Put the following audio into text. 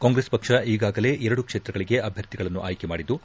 ಕಾಂಗ್ರೆಸ್ ಪಕ್ಷ ಈಗಾಗಲೇ ಎರಡು ಕ್ಷೇತ್ರಗಳಿಗೆ ಅಭ್ಯರ್ಥಿಗಳನ್ನು ಆಯ್ಕೆ ಮಾಡಿದ್ದು